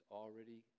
already